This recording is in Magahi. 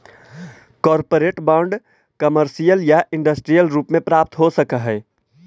कॉरपोरेट बांड कमर्शियल या इंडस्ट्रियल रूप में प्राप्त हो सकऽ हई